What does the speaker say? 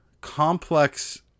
complex